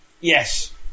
Yes